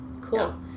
Cool